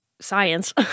science